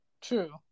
True